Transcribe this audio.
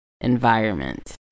environment